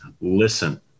listen